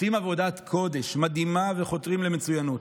עושים עבודת קודש מדהימה וחותרים למצוינות,